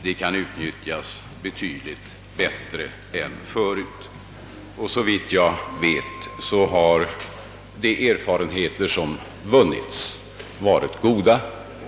De kan utnyttjas betydligt bättre än tidigare. Såvitt jag vet har också de vunna erfarenheterna varit goda.